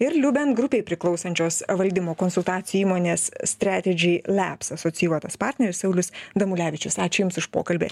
ir liubent grupei priklausančios valdymo konsultacijų įmonės stretedži leps asocijuotas partneris saulius damulevičius ačiū jums už pokalbį